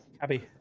Abby